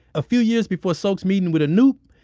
a few years before sok meeting with anoop,